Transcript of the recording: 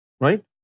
right